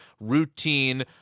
routine